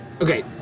Okay